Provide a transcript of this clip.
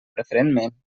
preferentment